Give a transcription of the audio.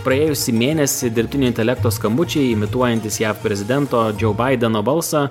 praėjusį mėnesį dirbtinio intelekto skambučiai imituojantys jav prezidento džiou baideno balsą